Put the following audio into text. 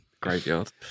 graveyard